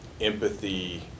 empathy